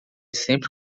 sempre